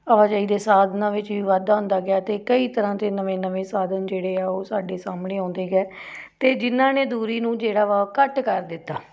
ਆਵਾਜਾਈ ਦੇ ਸਾਧਨਾਂ ਵਿੱਚ ਵੀ ਵਾਧਾ ਹੁੰਦਾ ਗਿਆ ਅਤੇ ਕਈ ਤਰ੍ਹਾਂ ਦੇ ਨਵੇਂ ਨਵੇਂ ਸਾਧਨ ਜਿਹੜੇ ਆ ਉਹ ਸਾਡੇ ਸਾਹਮਣੇ ਆਉਂਦੇ ਗਏ ਅਤੇ ਜਿਨ੍ਹਾਂ ਨੇ ਦੂਰੀ ਨੂੰ ਜਿਹੜਾ ਵਾ ਉਹ ਘੱਟ ਕਰ ਦਿੱਤਾ